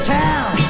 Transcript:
town